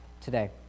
today